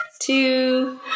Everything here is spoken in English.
two